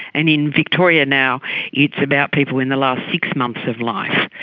and in victoria now it's about people in the last six months of life.